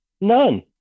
None